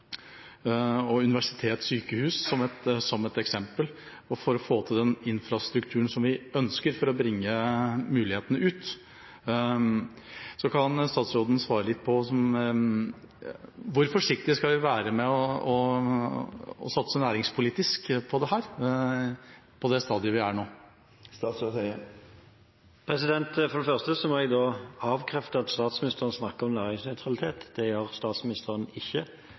som et eksempel – for å få til den infrastrukturen som vi ønsker, for å bringe mulighetene ut. Kan statsråden si noe om hvor forsiktige vi skal være med å satse næringspolitisk på dette, på det stadiet vi er nå? For det første må jeg avkrefte at statsministeren snakker om næringsnøytralitet. Det gjør statsministeren ikke.